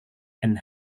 and